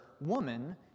Woman